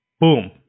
boom